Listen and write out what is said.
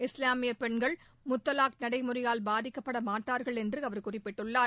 இஸ்லாமிய பெண்கள் முத்தவாக் நடைமுறையால் பாதிக்கப்பட மாட்டார்கள் என்று அவர் குறிப்பிட்டுள்ளார்